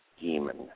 demon